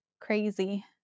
crazy